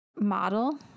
model